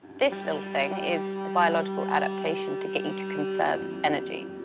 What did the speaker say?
this little thing is a biological adaptation to get you to conserve energy,